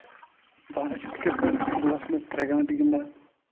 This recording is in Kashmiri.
بہٕ سا چھُس کِرکٹ دۄہس منٛز ترٛےٚ گٲنٹہٕ گِندان